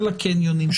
של הקניונים,